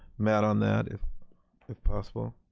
matt on that if if possible.